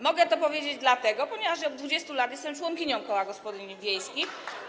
Mogę to powiedzieć dlatego, ponieważ od 20 lat jestem członkinią koła gospodyń wiejskich.